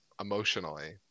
emotionally